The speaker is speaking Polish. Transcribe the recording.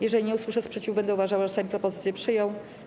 Jeżeli nie usłyszę sprzeciwu, będę uważała, że Sejm propozycję przyjął.